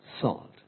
salt